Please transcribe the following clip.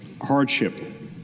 hardship